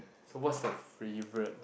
so what's the favorite